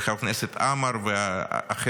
וחבר הכנסת עמר ואחרים,